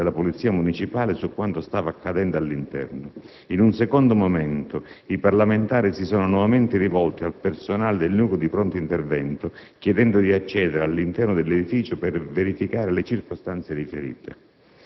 della polizia municipale su quanto stava accadendo all'interno. In un secondo momento, i parlamentari si sono nuovamente rivolti al personale del Nucleo di pronto intervento, chiedendo di accedere all'interno dell'edificio per verificare le circostanze riferite.